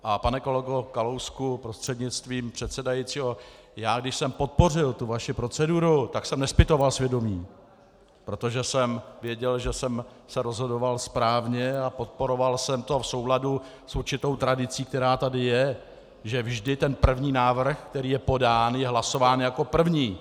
A pane kolego Kalousku prostřednictvím předsedajícího, já když jsem podpořil tu vaši proceduru, tak jsem nezpytoval svědomí, protože jsem věděl, že jsem se rozhodoval správně, a podporoval jsem to v souladu s určitou tradicí, která tady je, že vždy ten první návrh, který je podán, je hlasován jako první.